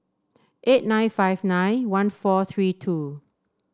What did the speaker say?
eight nine five nine one four three two